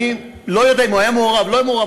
אני לא יודע אם הוא היה מעורב או לא היה מעורב,